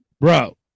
bro